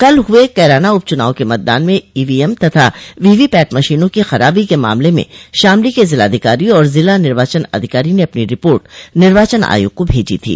कल हुए कैराना उप चुनाव के मतदान में ईवीएम तथा वीवीपैट मशीनों की खराबी के मामले में शामली के जिलाधिकारी और जिला निर्वाचन अधिकारी ने अपनी रिपोर्ट निर्वाचन आयोग को भेजी थी